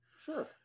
Sure